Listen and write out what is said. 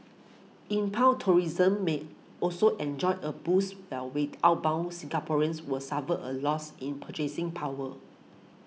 inbound tourism may also enjoy a boost while wait outbound Singaporeans were suffer a loss in purchasing power